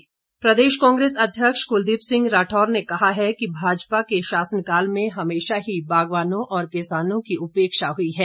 राठौर प्रदेश कांग्रेस अध्यक्ष कुलदीप सिंह राठौर ने कहा है कि भाजपा के शासनकाल में हमेशा ही बागवानों और किसानों की उपेक्षा हुई है